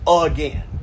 again